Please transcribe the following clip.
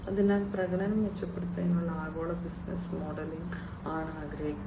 അതിനാൽ പ്രകടനം മെച്ചപ്പെടുത്തുന്നതിനുള്ള ആഗോള ബിസിനസ്സ് മോഡലിംഗ് ആണ് ആഗ്രഹിക്കുന്നത്